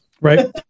Right